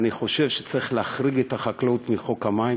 אני חושב שצריך להחריג את החקלאות מחוק המים,